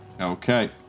Okay